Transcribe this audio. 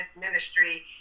ministry